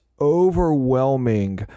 overwhelming